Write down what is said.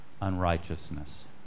unrighteousness